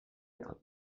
être